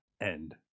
End